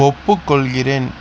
ஒப்புக்கொள்கிறேன்